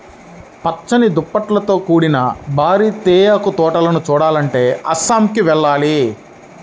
పచ్చని దుప్పట్లతో కూడిన భారీ తేయాకు తోటలను చూడాలంటే అస్సాంకి వెళ్ళాలి